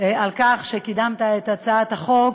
על כך שקידמת את הצעת החוק,